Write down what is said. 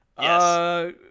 Yes